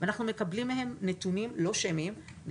ואנחנו מקבלים מהם נתונים כלליים,